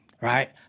right